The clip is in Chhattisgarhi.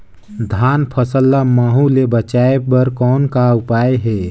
धान फसल ल महू ले बचाय बर कौन का उपाय हे?